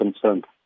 concerned